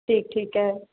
ਠੀਕ ਠੀਕ ਹੈ